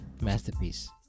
Masterpiece